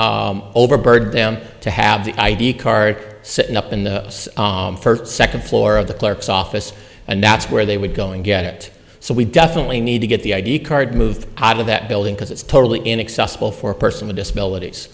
overburden them to have the id card sitting up in the second floor of the clerk's office and that's where they would go and get it so we definitely need to get the id card moved out of that building because it's totally inaccessible for a person with disabilities